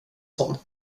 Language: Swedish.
sån